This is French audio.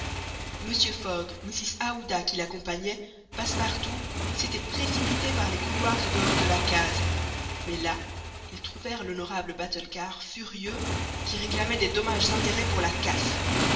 mr fogg mrs aouda qui l'accompagnait passepartout s'étaient précipités par les couloirs au-dehors de la case mais là ils trouvèrent l'honorable batulcar furieux qui réclamait des dommages-intérêts pour la casse